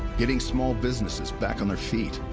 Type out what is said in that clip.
getting small businesses back on their feet,